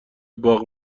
باغ